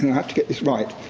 have to get this right